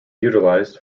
utilised